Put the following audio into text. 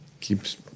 Keeps